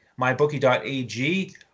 MyBookie.ag